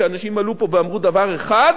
שאנשים עלו ופה ואמרו דבר אחד